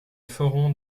ferons